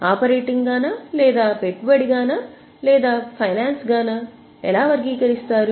operating గా నా లేదా పెట్టుబడిగా నా లేదా ఫైనాన్స్గా నా ఎలా వర్గీకరిస్తారు